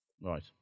Right